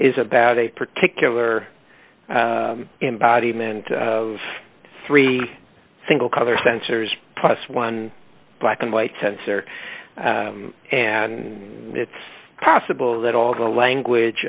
is about a particular embodiment of three single cover sensors plus one black and white sensor and it's possible that all the language